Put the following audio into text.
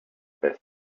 best